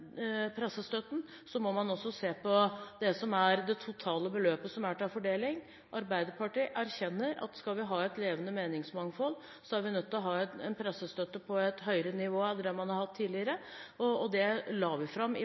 pressestøtten, må man også se på det totale beløpet som er til fordeling. Arbeiderpartiet erkjenner at skal vi ha et levende meningsmangfold, er vi nødt til å ha en pressestøtte på et høyere nivå enn det man har hatt tidligere. Det la vi fram